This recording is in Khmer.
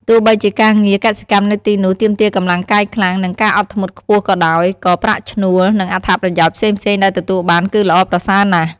ទោះបីជាការងារកសិកម្មនៅទីនោះទាមទារកម្លាំងកាយខ្លាំង និងការអត់ធ្មត់ខ្ពស់ក៏ដោយ ក៏ប្រាក់ឈ្នួល និងអត្ថប្រយោជន៍ផ្សេងៗដែលទទួលបានគឺល្អប្រសើរណាស់ ។